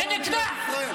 בכנסת ישראל.